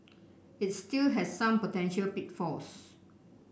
it still has some potential pitfalls